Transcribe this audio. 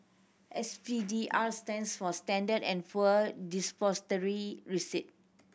S P D R stands for Standard and Poor Depository Receipt